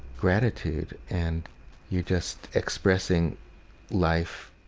gratitude. and you're just expressing life